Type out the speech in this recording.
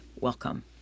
welcome